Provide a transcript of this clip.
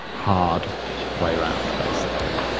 hard way round, basically.